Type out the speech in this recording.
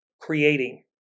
Creating